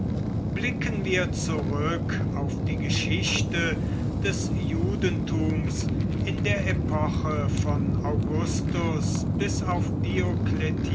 blicken wir zurück auf die geschichte des judentums in der epoche von augustus bis auf